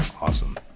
awesome